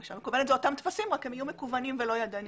בהגשה מקוונת אלה אותם טפסים אלא שהם יהיו מקוונים ולא ידניים.